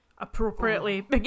appropriately